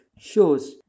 shows